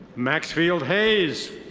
maxfield hayes.